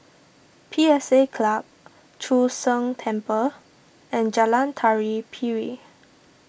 P S A Club Chu Sheng Temple and Jalan Tari Piring